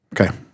Okay